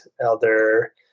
Elder